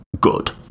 good